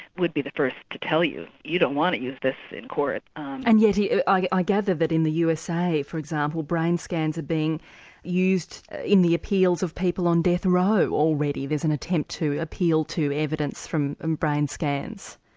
would be the first to tell you, you don't want to use this in court. and yet i gather that in the usa, for example, brain scans are being used in the appeals of people on death row, already there's an attempt to appeal to evidence from um brain scans.